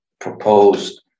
proposed